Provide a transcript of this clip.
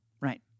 Right